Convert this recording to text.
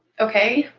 okay.